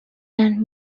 and